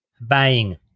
buying